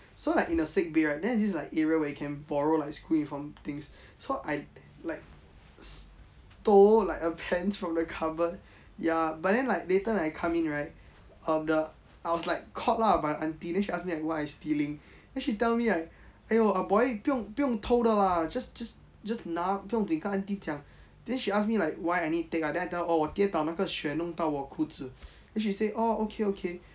so like in the sick bay right then like this like this area where you can borrow like school uniform things so I like stole like a pants from the cupboard ya but then later when I come in right um the I was like caught lah by the aunty then she ask me like why am I stealing then she tell me like !aiyo! ah boy 不用不用偷的啦 just just just 拿不用紧跟 aunty 讲 then she ask me like why I need take ah then I tell oh 跌倒那个血弄到我裤子 then she say oh okay okay